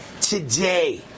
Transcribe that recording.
today